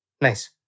Nice